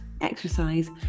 exercise